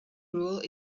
rule